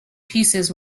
pieces